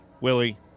Willie